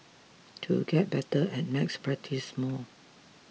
to get better at maths practise more